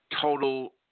total